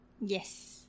yes